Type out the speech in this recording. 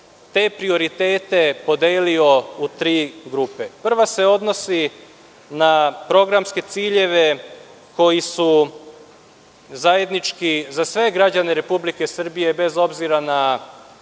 bih prioritete podelio u tri grupe. Prva se odnosi na programske ciljeve koji su zajednički za sve građane Republike Srbije, bez obzira na